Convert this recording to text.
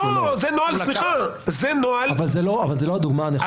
זה לא הדוגמה הנכונה.